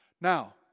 Now